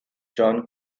john